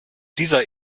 dieser